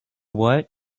what